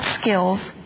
skills